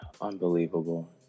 Unbelievable